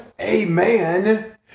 amen